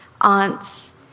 aunts